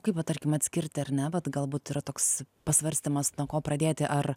kaip va tarkim atskirti ar ne vat galbūt yra toks pasvarstymas nuo ko pradėti ar